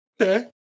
Okay